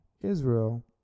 Israel